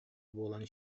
буолан